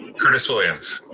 curtis williams.